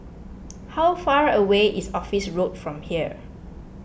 how far away is Office Road from here